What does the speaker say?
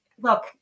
look